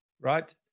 right